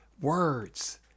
words